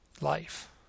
life